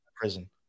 prison